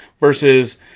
Versus